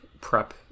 prep